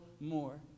more